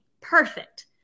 Perfect